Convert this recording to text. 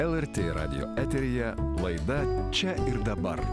lrt radijo eteryje laida čia ir dabar